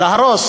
להרוס